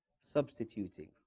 substituting